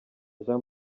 jean